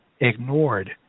ignored